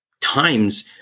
times